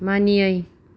मानियै